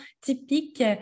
typique